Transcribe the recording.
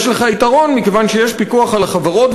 יש לך יתרון מכיוון שיש פיקוח על החברות,